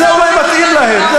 זה אולי מתאים להם.